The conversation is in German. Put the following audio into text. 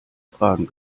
fragen